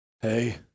Hey